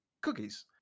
cookies